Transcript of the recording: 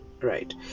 right